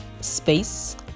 Space